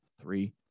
three